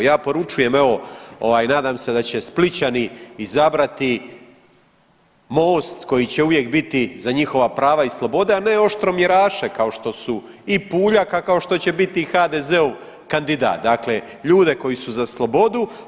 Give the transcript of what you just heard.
Ja poručujem evo nadam se da će Splićani izabrati Most koji će uvijek biti za njihova prava i slobode, a ne oštromjeraše kao što su i PUljak, a kao što će biti i HDZ-ov kandidat, dakle ljude koji su za slobodu.